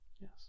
yes